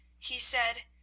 he said,